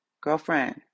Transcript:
girlfriend